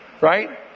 right